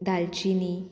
दालचिनी